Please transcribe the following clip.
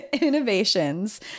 Innovations